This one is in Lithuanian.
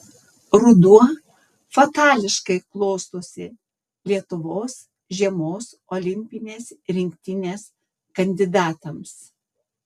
ruduo fatališkai klostosi lietuvos žiemos olimpinės rinktinės kandidatams